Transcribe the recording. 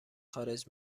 خارج